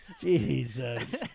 Jesus